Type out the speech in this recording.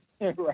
right